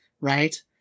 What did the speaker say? right